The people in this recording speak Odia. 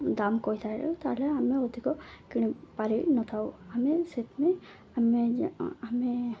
ଦାମ୍ କହିଥାଏ ତାହେଲେ ଆମେ ଅଧିକ କିଣି ପାରିନଥାଉ ଆମେ ସେଥିପାଇଁ ଆମେ ଆମେ